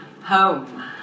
Home